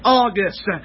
august